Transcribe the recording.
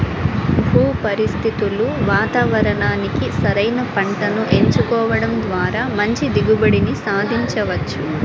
భూ పరిస్థితులు వాతావరణానికి సరైన పంటను ఎంచుకోవడం ద్వారా మంచి దిగుబడిని సాధించవచ్చు